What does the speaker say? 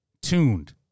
tuned